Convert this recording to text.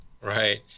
Right